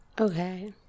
Okay